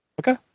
Okay